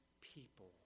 people